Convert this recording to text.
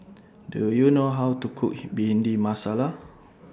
Do YOU know How to Cook Bhindi Masala